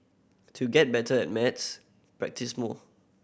to get better at maths practise more